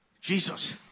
Jesus